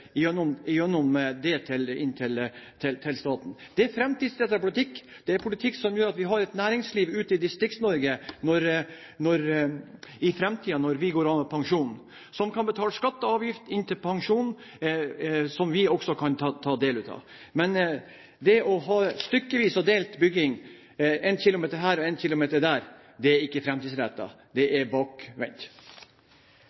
gjennom det betale skatter og avgifter til staten. Det er en framtidsrettet politikk. Det er en politikk som gjør at vi har et næringsliv i Distrikts-Norge i framtiden, når vi går av med pensjon – et næringsliv som kan betale skatter og avgifter til pensjonen som vi også kan ta del i. Men det å ha stykkevis og delt bygging – en kilometer her og en kilometer der – er ikke framtidsrettet, det er